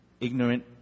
ignorant